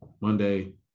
Monday